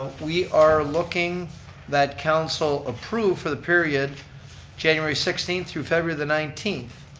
we are looking that council approve for the period january sixteenth through february the nineteenth.